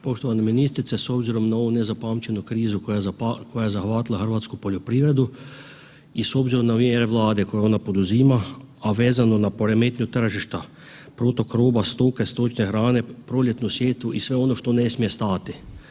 Poštovana ministrice, s obzirom na ovu nezapamćenu krizu koja je zahvatila hrvatsku poljoprivredu i s obzirom na mjere Vlade koje ona poduzima, a vezano na poremetnju tržišta, protok roba, stoke, stočne hrane, proljetnu sjetvu i sve ono što ne smije stajati.